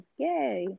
yay